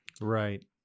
Right